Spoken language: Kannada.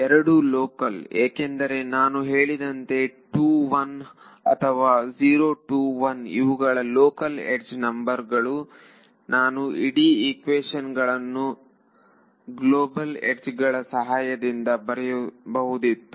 ಏರಡೂ ಲೋಕಲ್ ಏಕೆಂದರೆ ನಾನು ಹೇಳಿದಂತೆ 2 1 ಅಥವಾ 0 2 1 ಇವುಗಳು ಲೋಕಲ್ ಯಡ್ಜ್ ನಂಬರ್ ಗಳು ನಾನು ಇಡೀ ಈಕ್ವೇಶನ್ ಅನ್ನು ಗ್ಲೋಬಲ್ ಯಡ್ಜ್ ಗಳ ಸಹಾಯದಿಂದ ಬರೆಯಬಹುದಿತ್ತು